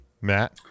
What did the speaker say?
matt